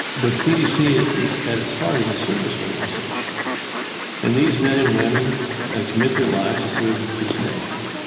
but cdc at at its heart is a service organization and these men and women commit their lives to serve this nation.